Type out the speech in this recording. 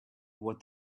what